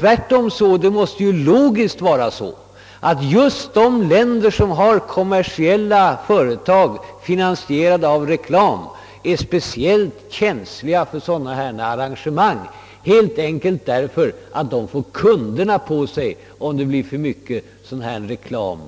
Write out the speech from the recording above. Det måste tvärtom logiskt vara just de länder, som har kommersiella TV-företag finansierade genom reklamintäkter, vilka är speciellt känsliga i detta avseende, helt enkelt därför att de får kunderna på sig om det blir för mycket rinkreklam